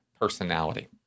personality